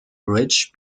bridge